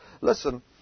listen